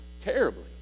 terribly